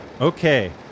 Okay